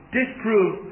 disprove